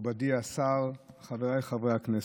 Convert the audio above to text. מכובדי השר, חבריי חברי הכנסת,